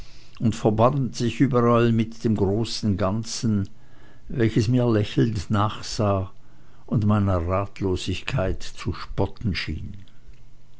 und verbanden sich überall mit dem großen ganzen welches mir lächelnd nachsah und meiner ratlosigkeit zu spotten schien